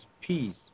peace